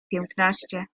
piętnaście